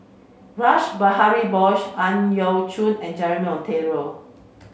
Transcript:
Rash Behari Bose Ang Yau Choon and Jeremy Monteiro